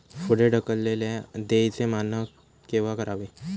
पुढे ढकललेल्या देयचे मानक केव्हा करावे?